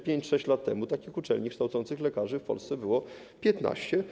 5, 6 lat temu takich uczelni kształcących lekarzy było w Polsce 15.